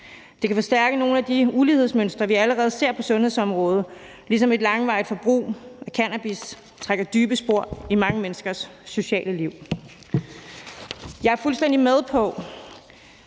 Det kan forstærke nogle af de ulighedsmønstre, vi allerede ser på sundhedsområdet, ligesom et langvarigt forbrug af cannabis trækker dybe spor i mange menneskers sociale liv. Jeg er fuldstændig med på,